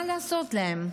מה לעשות להם?